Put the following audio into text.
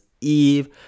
Eve